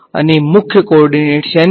વિદ્યાર્થી સોર્સ